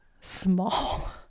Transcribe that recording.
small